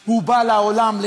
שהוא בא לעולם,